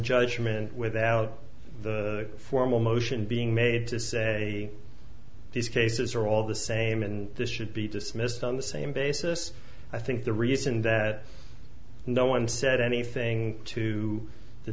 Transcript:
judgment without the formal motion being made to say these cases are all the same and this should be dismissed on the same basis i think the reason that no one said anything to the